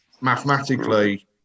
mathematically